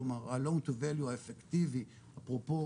כלומר ה-loan to value האפקטיבי אפרופו